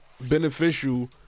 beneficial